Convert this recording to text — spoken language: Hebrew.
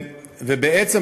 בעצם,